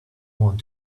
want